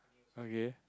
okay